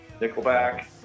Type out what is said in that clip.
Nickelback